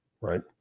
right